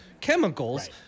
chemicals